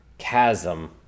chasm